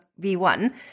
V1